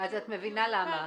את מבינה למה.